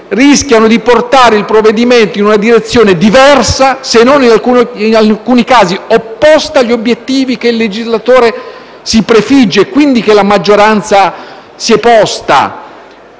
rischiano di portarlo in una direzione diversa, se non in alcuni casi opposta agli obiettivi che il legislatore si prefigge e quindi che la maggioranza si è posta.